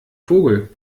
vogel